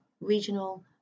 Regional